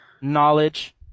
knowledge